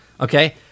Okay